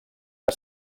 que